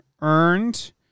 earned